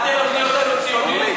את תלמדי אותנו ציונות?